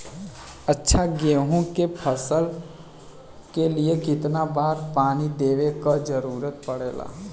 अच्छा गेहूँ क फसल के लिए कितना बार पानी देवे क जरूरत पड़ेला?